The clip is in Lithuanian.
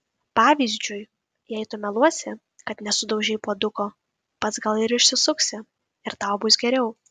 pavyzdžiui jei tu meluosi kad nesudaužei puoduko pats gal ir išsisuksi ir tau bus geriau